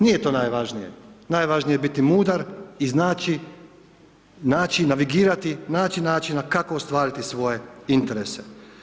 Nije to najvažnije, najvažnije je biti mudar i znači navigirati, naći načina kako ostvariti svoje interese.